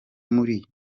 muri